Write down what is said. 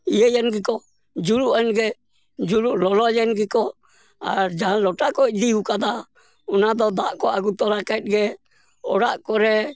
ᱤᱭᱟᱹᱭᱮᱱ ᱜᱮᱠᱚ ᱡᱩᱨᱩᱜ ᱮᱱᱜᱮ ᱡᱩᱨᱩᱜ ᱞᱚᱞᱚᱭᱮᱱ ᱜᱮᱠᱚ ᱟᱨ ᱡᱟᱦᱟᱸ ᱞᱚᱴᱟ ᱠᱚ ᱤᱫᱤᱣᱠᱟᱫᱟ ᱚᱱᱟ ᱫᱚ ᱫᱟᱜ ᱠᱚ ᱟᱸᱜᱩ ᱛᱚᱨᱟ ᱠᱮᱫ ᱜᱮ ᱚᱲᱟᱜ ᱠᱚᱨᱮ